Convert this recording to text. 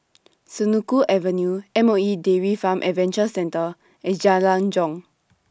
Senoko Avenue M O E Dairy Farm Adventure Centre and Jalan Jong